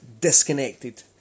disconnected